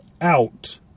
out